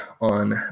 on